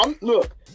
look